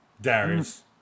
Darius